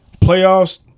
playoffs